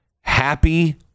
happy